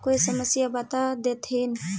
कोई समस्या बता देतहिन?